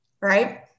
right